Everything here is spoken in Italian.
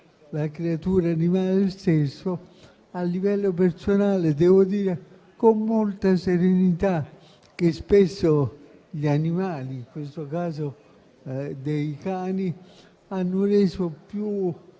la creatura animale stessa. A livello personale devo dire con molta serenità che spesso gli animali, in questo caso dei cani, hanno reso più